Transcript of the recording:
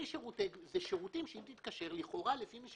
אלה שירותים שאם תתקשר, לכאורה לפי איך